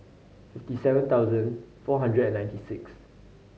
fifty seven thousand four hundred and ninety six